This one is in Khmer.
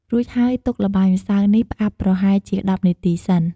រួចហើយ ទុកល្បាយម្សៅនេះផ្អាប់ប្រហែលជា ១០ នាទី សិន។